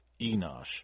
Enosh